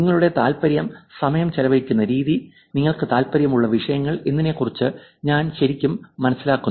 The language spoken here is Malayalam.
നിങ്ങളുടെ താൽപ്പര്യം സമയം ചെലവഴിക്കുന്ന രീതി നിങ്ങൾക്ക് താൽപ്പര്യമുള്ള വിഷയങ്ങൾ എന്നിവയെക്കുറിച്ച് ഞാൻ ശരിക്കും മനസ്സിലാക്കുന്നു